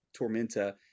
Tormenta